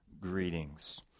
greetings